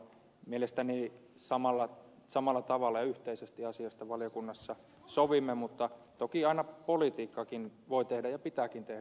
mielestäni samalla tavalla yhteisesti asiasta valiokunnassa sovimme mutta toki aina politiikkaakin voi tehdä ja pitääkin tehdä